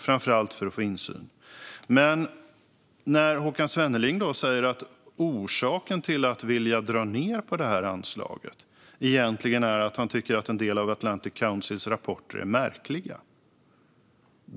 Nu säger Håkan Svenneling att orsaken till att vilja dra ned på detta anslag egentligen är att han tycker att en del av Atlantic Councils rapporter är märkliga.